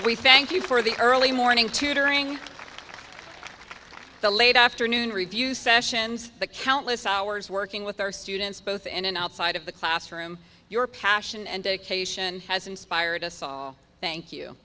we thank you for the early morning tutoring the late afternoon review sessions the countless hours working with our students both in and outside of the classroom your passion and dedication has inspired us all thank you